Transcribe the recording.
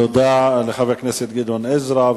תודה לחבר הכנסת גדעון עזרא.